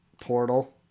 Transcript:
portal